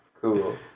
Cool